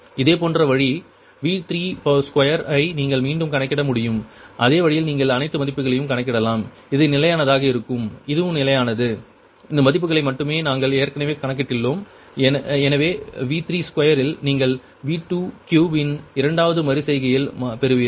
இதேபோன்ற வழி V32 ஐ நீங்கள் மீண்டும் கணக்கிட முடியும் அதே வழியில் நீங்கள் இந்த அனைத்து மதிப்புகளையும் கணக்கிடலாம் இது நிலையானதாக இருக்கும் இதுவும் நிலையானது இந்த மதிப்புகளை மட்டுமே நாங்கள் ஏற்கனவே கணக்கிட்டுள்ளோம் எனவே V32 இல் நீங்கள் V23 இன் இரண்டாவது மறு செய்கையில் பெறுவீர்கள்